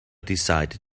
decided